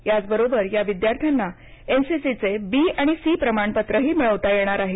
याचबरोबर या विद्यार्थ्यांना एनसीसीचे बी आणि सी प्रमाणपत्रही मिळविता येणार आहे